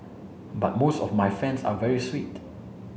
but most of my fans are very sweet